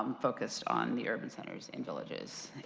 um focus on the urban centers and villages.